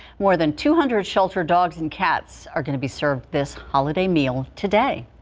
more than two hundred shelter dogs and cats are going to be served this holiday meal today.